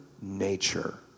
nature